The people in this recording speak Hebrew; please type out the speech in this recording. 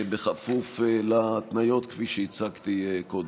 בכפוף להתניות כפי שהצגתי קודם.